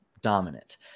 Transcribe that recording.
dominant